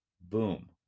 Boom